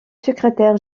secrétaire